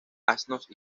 asnos